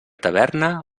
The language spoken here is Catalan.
taverna